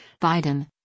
Biden